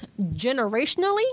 generationally